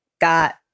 got